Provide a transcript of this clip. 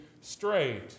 straight